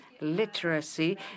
Literacy